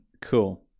Cool